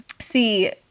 See